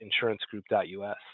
insurancegroup.us